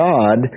God